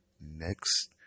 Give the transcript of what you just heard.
next